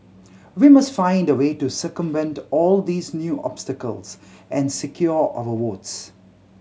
we must find a way to circumvent all these new obstacles and secure our votes